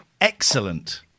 excellent